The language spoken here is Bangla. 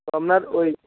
তো আপনার ওই